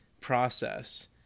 process